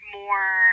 more